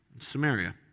Samaria